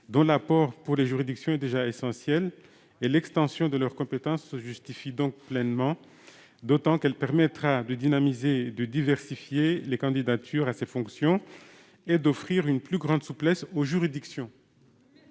déjà essentiel pour les juridictions. L'extension de leurs compétences se justifie donc pleinement, d'autant qu'elle permettra de dynamiser et de diversifier les candidatures à ces fonctions, ainsi que d'offrir une plus grande souplesse aux juridictions.